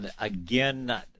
again